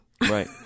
Right